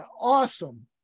awesome